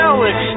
Alex